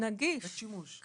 בית שימוש נגיש.